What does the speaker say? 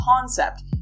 concept